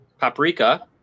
Paprika